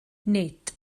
nid